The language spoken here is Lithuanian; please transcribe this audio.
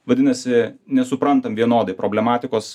vadinasi nesuprantam vienodai problematikos